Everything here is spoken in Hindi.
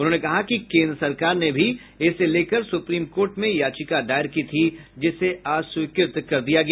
उन्होंने कहा कि केन्द्र सरकार ने भी इसे लेकर सुप्रीम कोर्ट में याचिका दायर की थी जिसे अस्वीकृत कर दिया गया